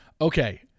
okay